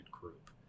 group